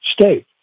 state